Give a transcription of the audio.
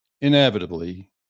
inevitably